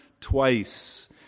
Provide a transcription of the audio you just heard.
twice